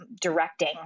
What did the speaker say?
directing